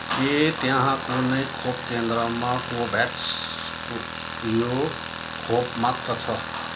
के त्यहाँ कुनै खोप केन्द्रमा कोभोभ्याक्स यो खोप मात्र छ